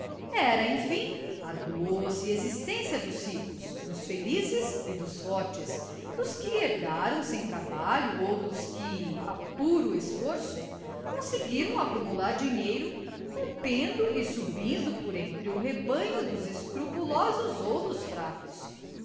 era enfim a doce existência dos ricos dos felizes e dos fortes dos que herdaram sem trabalho ou dos que a puro esforço conseguiram acumular dinheiro rompendo e subindo por entre o rebanho dos escrupulosos ou dos fracos